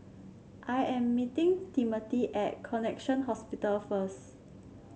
I am meeting Timothy at Connexion Hospital first